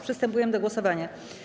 Przystępujemy do głosowania.